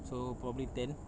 so probably ten